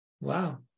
wow